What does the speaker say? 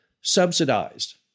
subsidized